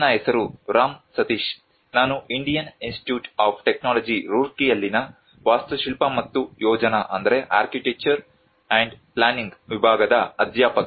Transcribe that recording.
ನನ್ನ ಹೆಸರು ರಾಮ್ ಸತೀಶ್ ನಾನು ಇಂಡಿಯನ್ ಇನ್ಸ್ಟಿಟ್ಯೂಟ್ ಆಫ್ ಟೆಕ್ನಾಲಜಿ ರೂರ್ಕಿಯಲ್ಲಿನ ವಾಸ್ತುಶಿಲ್ಪ ಮತ್ತು ಯೋಜನಾ ವಿಭಾಗದ ಅಧ್ಯಾಪಕ